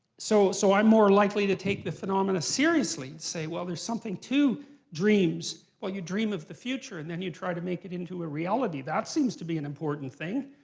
so so i'm more likely to take the phenomena seriously and say there's something to dreams. well, you dream of the future and then you try to make it into a reality. that seems to be an important thing.